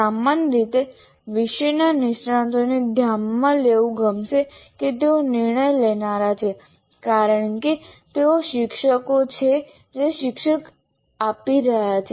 સામાન્ય રીતે વિષયના નિષ્ણાતોને ધ્યાનમાં લેવું ગમશે કે તેઓ નિર્ણય લેનારા છે કારણ કે તેઓ શિક્ષકો છે જે શિક્ષણ આપી રહ્યા છે